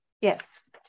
Yes